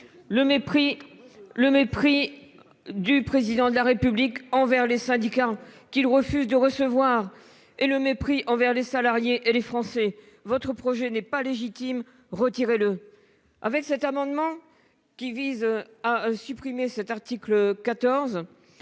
mépris du Président de la République envers les syndicats, qu'il refuse de recevoir. Mépris envers les salariés et les Français. Votre projet n'est pas légitime, retirez-le ! Avec cet amendement, qui vise à supprimer l'article 14,